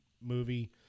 movie